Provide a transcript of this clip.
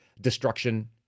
destruction